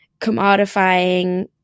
commodifying